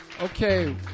Okay